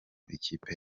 ikipe